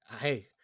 Hey